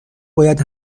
باید